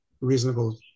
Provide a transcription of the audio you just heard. reasonable